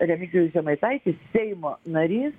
remigijus žemaitaitis seimo narys